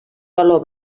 galó